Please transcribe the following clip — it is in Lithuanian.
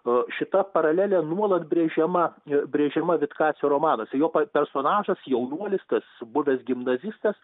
o šita paralelė nuolat brėžiama brėžiama vitkacio romanuose jo personažas jaunuolis tas buvęs gimnazistas